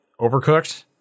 Overcooked